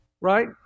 right